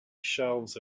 shelves